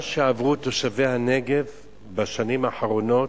מה שעברו תושבי הנגב בשנים האחרונות,